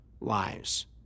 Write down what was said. lives